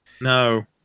no